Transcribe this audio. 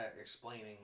explaining